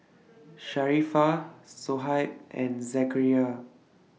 Sharifah Shoaib and Zakaria